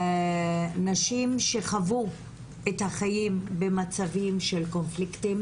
נשים שחוו את החיים במצבים של קונפליקטים.